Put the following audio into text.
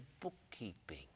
bookkeeping